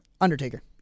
Undertaker